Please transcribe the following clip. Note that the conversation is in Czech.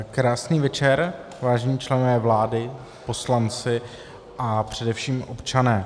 Krásný večer, vážení členové vlády, poslanci a především občané.